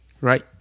Right